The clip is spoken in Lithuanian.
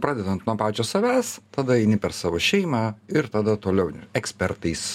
pradedant nuo pačio savęs tada eini per savo šeimą ir tada toliau ekspertais